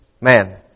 Man